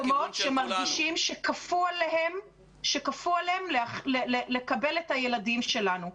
-- יש מקומות שמרגישים שכפו עליהם לקבל את הילדים שלנו.